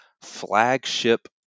flagship